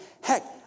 Heck